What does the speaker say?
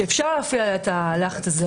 שאפשר להפעיל עליה את הלחץ הזה,